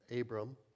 Abram